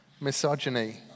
misogyny